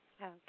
Okay